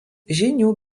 žinių